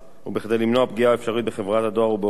וכדי למנוע פגיעה אפשרית בחברת הדואר ובעובדיה,